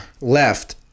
left